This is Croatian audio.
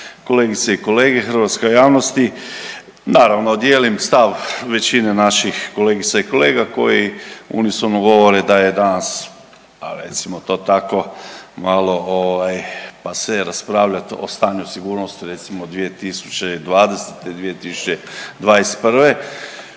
kolegice i kolege i hrvatska javnosti. Naravno dijelim stav većine naših kolegica i kolega koji unisono govore da je danas, a recimo to tako, malo ovaj pase raspravljat o stanju sigurnosti recimo 2020.-2021.,